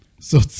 so-